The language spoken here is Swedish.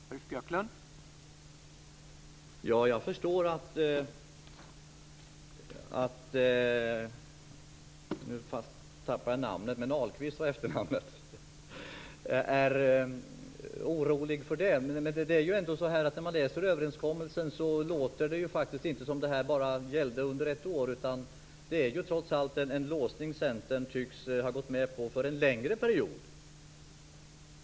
Herr talman! Jag förstår att - nu tappar jag förnamnet - Ahlqvist, det är väl efternamnet, är orolig. I överenskommelsen låter det inte som att det här bara gällde under ett år. Det är en låsning som Centern tycks ha gått med på för en längre period.